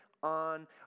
on